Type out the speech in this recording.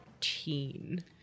teen